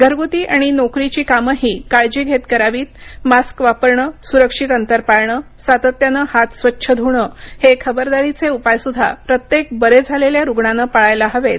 घरगुती आणि नोकरीची कामंही काळजी घेत करावीत मास्क वापरण सुरक्षित अंतर पाळण सातत्यानं हात स्वच्छ धुण हे खबरदारीचे उपायसुद्धा प्रत्येक बरे झालेल्या रूग्णानं पाळायला हवेत